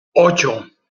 ocho